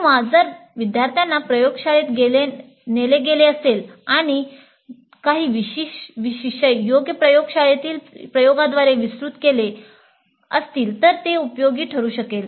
किंवा जर विद्यार्थ्यांना प्रयोगशाळेत नेले गेले असेल आणि काही विषय योग्य प्रयोगशाळेतील प्रयोगांद्वारे विस्तृत केले असतील तर ते उपयोगी ठरू शकेल